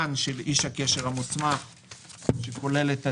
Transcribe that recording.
היישוב: _______________ מיקוד: _____________